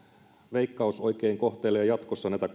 veikkaus oikein kohtelee jatkossa näitä